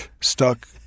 stuck